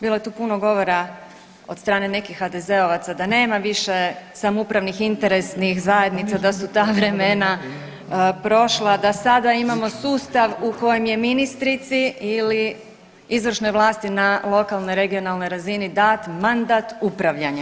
Bilo je tu puno govora od strane nekih HDZ-ovaca da nema više samoupravnih interesnih zajednica, da su ta vremena prošla, da sada imamo sustav u kojem je ministrici ili izvršnoj vlasti na lokalnoj, regionalnoj razini dat mandat upravljanja.